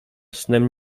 snem